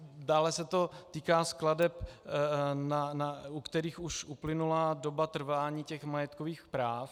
Dále se to týká skladeb, u kterých už uplynula doba trvání majetkových práv.